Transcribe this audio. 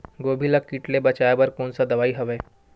गोभी ल कीट ले बचाय बर कोन सा दवाई हवे?